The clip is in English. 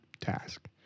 task